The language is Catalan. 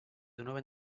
donava